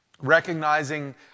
recognizing